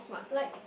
like